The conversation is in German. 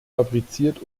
fabriziert